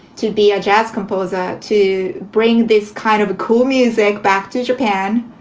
to be a jazz composer, to bring this kind of cool music back to japan,